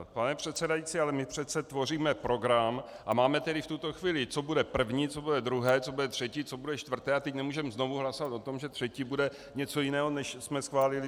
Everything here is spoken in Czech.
Pane předsedající, ale my přece tvoříme program a máme tedy v tuto chvíli, co bude první, co bude druhé, co bude třetí, co bude čtvrté a teď nemůžeme znovu hlasovat o tom, že třetí bude něco jiného, než jsme schválili před chvílí.